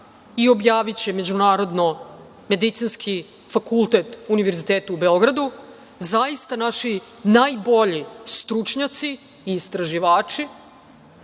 i objaviće je međunarodno Medicinski fakultet Univerziteta u Beogradu zaista naši najbolji stručnjaci i istraživači.